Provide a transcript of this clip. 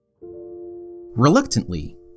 Reluctantly